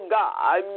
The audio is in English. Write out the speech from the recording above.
god